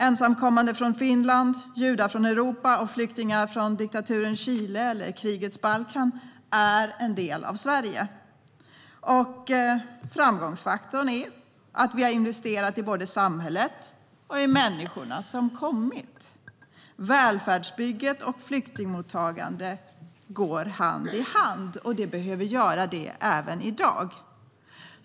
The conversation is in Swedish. Ensamkommande från Finland, judar från Europa och flyktingar från diktaturens Chile eller krigets Balkan är en del av Sverige. Framgångsfaktorn är att vi har investerat i både samhället och människorna som kommit. Välfärdsbygget och flyktingmottagandet har gått hand i hand. Det behöver det göra även i dag.